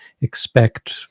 expect